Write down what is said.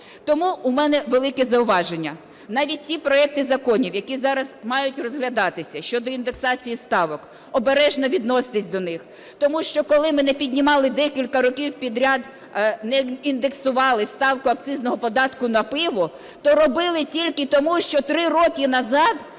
Тому у мене велике зауваження. Навіть ті проекти законів, які зараз мають розглядатися, щодо індексації ставок – обережно відносьтесь до них. Тому що коли ми не піднімали декілька років підряд, не індексували ставку акцизного податку на пиво, то робили тільки тому, що 3 роки назад